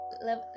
Love